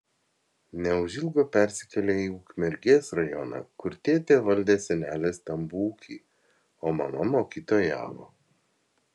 neužilgo persikėlė į ukmergės rajoną kur tėtė valdė senelės stambų ūkį o mama mokytojavo